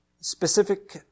specific